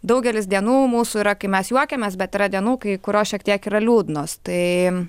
daugelis dienų mūsų yra kai mes juokiamės bet yra dienų kai kurios šiek tiek yra liūdnos taai